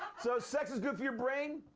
so sex is good for your brain?